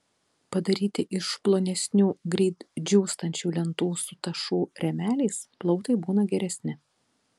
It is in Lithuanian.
padaryti iš plonesnių greit džiūstančių lentų su tašų rėmeliais plautai būna geresni